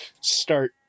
start